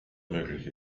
möglich